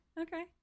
okay